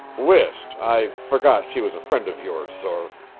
whist, i forgot she was a friend of yours, sor.